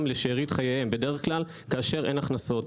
לשארית חייהם בדרך כלל כשאין הכנסות.